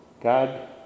God